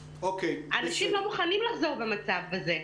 אנשים לא מוכנים לחזור במצב הזה.